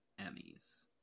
Emmys